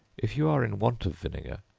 if you are in want of vinegar,